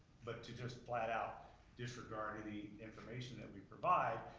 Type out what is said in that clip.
but to just flat out disregard any information that we provide,